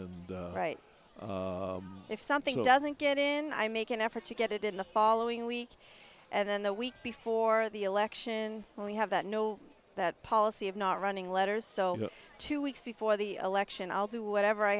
and right if something doesn't get in i make an effort to get it in the following week and then the week before the election when we have that know that policy of not running letters so two weeks before the election i'll do whatever i